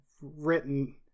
written